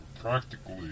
Practically